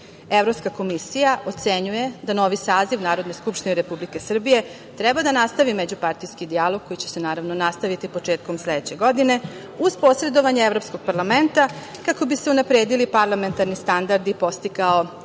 komisija ocenjuje da novi saziv Narodne skupštine treba da nastavi međupartijski dijalog koji će se naravno nastaviti početkom sledeće godine, uz posredovanje Evropskog parlamenta, kako bi se unapredili parlamentarni standardi i postigao